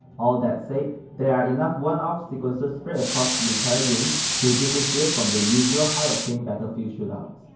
all that said, there are enough one-offs sequences spread across the entire game to differentiate from the usual high octane battlefield shootouts.